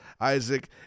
Isaac